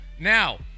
Now